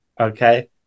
Okay